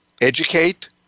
educate